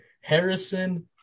Harrison